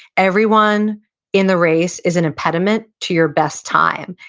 everyone in the race is an impediment to your best time,